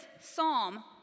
psalm